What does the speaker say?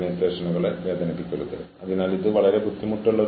ഓരോരുത്തർക്കും അവർ ചെയ്യുന്നതെന്തും ചെയ്യാൻ ഒരു കാരണമുണ്ട്